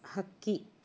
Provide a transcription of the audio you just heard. ಹಕ್ಕಿ